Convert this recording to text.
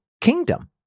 kingdom